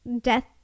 Death